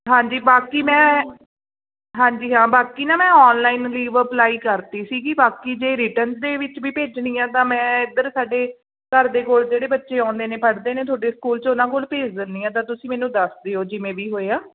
ਹਾਂਜੀ ਬਾਕੀ ਮੈਂ ਹਾਂਜੀ ਹਾਂ ਬਾਕੀ ਨਾ ਮੈਂ ਔਨਲਾਈਨ ਲੀਵ ਅਪਲਾਈ ਕਰ ਦਿੱਤੀ ਸੀਗੀ ਬਾਕੀ ਜੇ ਰਿਟਨ ਦੇ ਵਿੱਚ ਵੀ ਭੇਜਣੀ ਆ ਤਾਂ ਮੈਂ ਇੱਧਰ ਸਾਡੇ ਘਰ ਦੇ ਕੋਲ ਜਿਹੜੇ ਬੱਚੇ ਆਉਂਦੇ ਨੇ ਪੜ੍ਹਦੇ ਨੇ ਤੁਹਾਡੇ ਸਕੂਲ 'ਚ ਉਹਨਾਂ ਕੋਲ ਭੇਜ ਦਿੰਦੇ ਹਾਂ ਤਾਂ ਤੁਸੀਂ ਮੈਨੂੰ ਦੱਸ ਦਿਓ ਜਿਵੇਂ ਵੀ ਹੋਇਆ